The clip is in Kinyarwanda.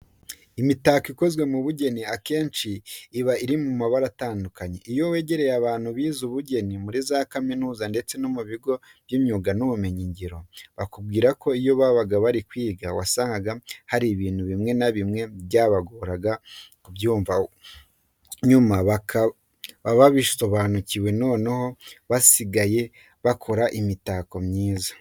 Imitako ikozwe mu bugeni akenshi iba iri mu mabara atandukanye. Iyo wegereye abantu bize ubugeni muri za kaminuza ndetse no mu bigo by'imyuga n'ubumenyingiro, bakubwira ko iyo babaga bari kwiga wasangaga hari ibintu bimwe na bimwe byabagoraga kubyumva, gusa nyuma bakaba barabisobanukiwe none basigaye bakora imitako myiza.